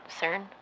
CERN